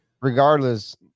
Regardless